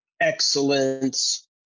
excellence